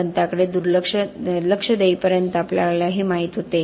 पण आपण त्याकडे लक्ष देईपर्यंत आपल्याला हे माहित होते